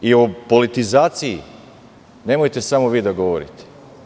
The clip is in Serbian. I o politizaciji nemojte samo vi da govorite.